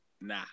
nah